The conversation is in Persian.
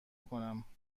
کنم